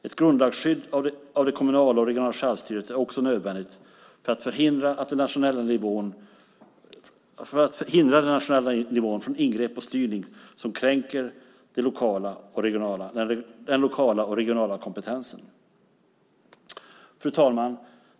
Ett grundlagsskydd av det kommunala och regionala självstyret är också nödvändigt för att hindra den nationella nivån från ingrepp och styrning som kränker den lokala och regionala kompetensen. Fru talman!